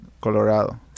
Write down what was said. Colorado